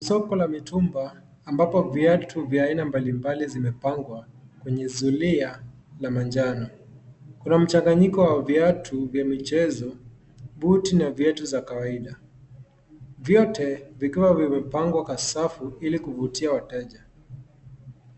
Soko la mitumba ambapo viatu vya aina mbalimbali vimepangwa kwenye zulia la manjano, kuna mchanganyiko wa viatu vya michezo, buti na viatu za kawaida, vyote vikiwa vimepangwa kwa safu ili kuvutia wateja.